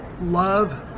love